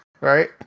right